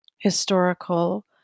historical